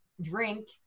drink